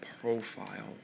profile